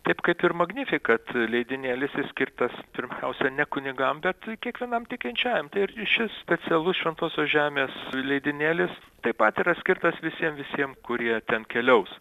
taip kad ir magnifikat leidinėlis jis skirtas pirmiausia ne kunigams bet kiekvienam tikinčiajam tai ir šis specialus šventosios žemės leidinėlis taip pat yra skirtas visiem visiem kurie ten keliaus